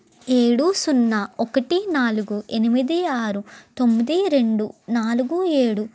ఏడు సున్నా ఒకటి నాలుగు ఎనిమిది ఆరు తొమ్మిది రెండు నాలుగు ఏడు